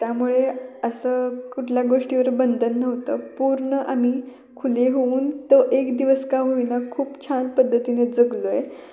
त्यामुळे असं कुठल्या गोष्टीवर बंधन नव्हतं पूर्ण आम्ही खुले होऊन तो एक दिवस का होईना खूप छान पद्धतीने जगलो आहे